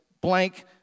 blank